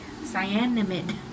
Cyanamide